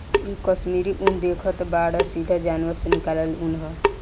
इ कश्मीरी उन देखतऽ बाड़ऽ सीधा जानवर से निकालल ऊँन ह